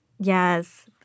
Yes